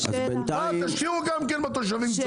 תשאירו גם קצת לתושבים,